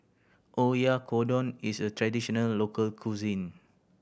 oyakodon is a traditional local cuisine